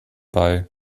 bei